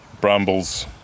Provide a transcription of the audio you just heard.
Brambles